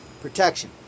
protection